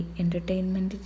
entertainment